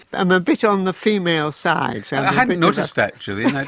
i'm a bit on the female side. so i haven't noticed that gillian,